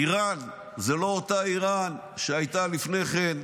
איראן זו לא אותה איראן שהייתה לפני כן.